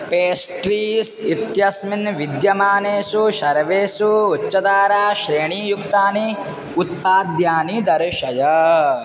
pastries इत्यस्मिन् विद्यमानेषु सर्वेषु उच्चतारा श्रेणीयुक्तानि उत्पाद्यानि दर्शय